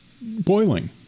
boiling